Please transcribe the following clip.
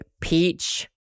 peach